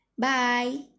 Bye